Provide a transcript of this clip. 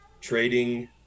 trading